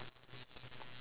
oh no